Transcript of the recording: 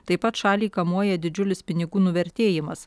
taip pat šalį kamuoja didžiulis pinigų nuvertėjimas